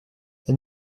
elle